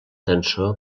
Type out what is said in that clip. tensor